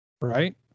right